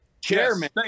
Chairman